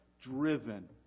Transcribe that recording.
driven